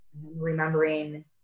remembering